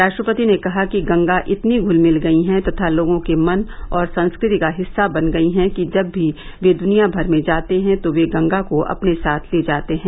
राष्ट्रपति ने कहा कि गंगा इतनी घुलमिल गई है तथा लोगों के मन और संस्कृति का हिस्सा बन गई है कि जब भी वे दुनिया भर में जाते हैं तो वे गंगा को अपने साथ ले जाते हैं